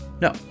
No